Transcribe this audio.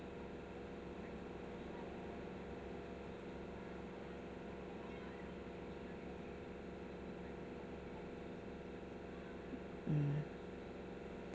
mm